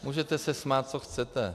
Můžete se smát, co chcete.